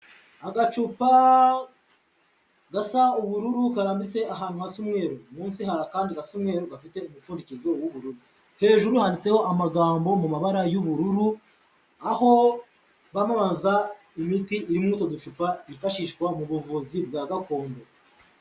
Agacupa gasa ubururu karambitse ahantu hafite umwe, munsi hari akandi gasa umweru gafite umupfundikizo w'ubururu, hejuru handitseho amagambo mu mabara y'ubururu aho bamamaza imiti iri muri utu ducupa yifashishwa mu buvuzi bwa gakondo.